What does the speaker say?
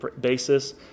basis